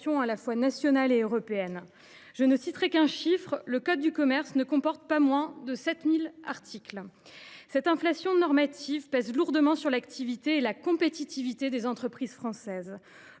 à la fois nationales et européennes. Je ne citerai qu’un chiffre : le code de commerce comporte pas moins de 7 000 articles ! Cette inflation normative pèse lourdement sur l’activité et la compétitivité des entreprises françaises.